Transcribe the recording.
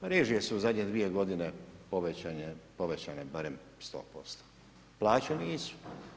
Režije su u zadnje dvije godine povećane barem 100%, plaće nisu.